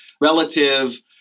relative